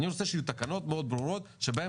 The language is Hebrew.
אני רוצה שיהיו תקנות מאוד ברורות שבהן